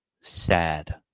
sad